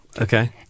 Okay